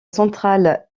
centrale